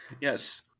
Yes